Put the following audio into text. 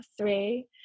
three